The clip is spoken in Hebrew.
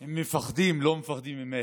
הם מפחדים, לא מפחדים ממך.